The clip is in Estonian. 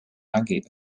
mägi